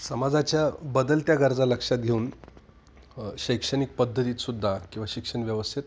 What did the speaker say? समाजाच्या बदलत्या गरजा लक्षात घेऊन शैक्षणिक पद्धतीत सुद्धा किंवा शिक्षण व्यवस्थेत